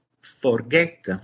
forget